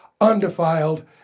undefiled